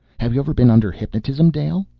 have you ever been under hypnotism, dale?